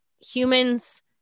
human's